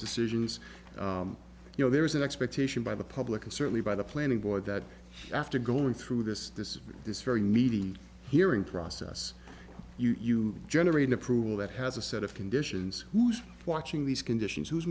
decisions you know there was an expectation by the public and certainly by the planning board that after going through this this this very meeting hearing process you generate an approval that has a set of conditions who's watching these conditions who's